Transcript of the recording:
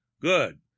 good